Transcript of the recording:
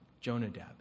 Jonadab